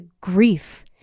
grief